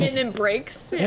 and and breaks. yeah